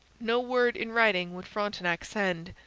no word in writing would frontenac send.